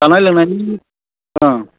जानाय लोंनायनि अ